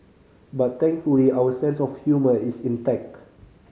but thankfully our sense of humour is intact